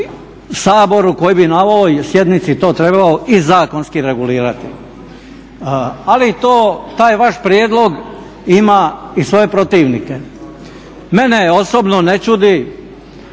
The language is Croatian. Saboru koji bi na ovoj sjednici to trebao i zakonski regulirati. Ali to, taj vaš prijedlog ima i svoje protivnike. Mene osobno ne čudi